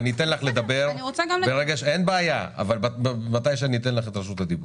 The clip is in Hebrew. אתן לך לדבר בהמשך כאשר אתן לך את רשות הדיבור.